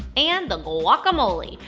and the guacamole.